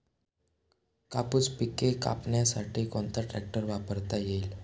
कापूस पिके कापण्यासाठी कोणता ट्रॅक्टर वापरता येईल?